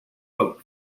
boat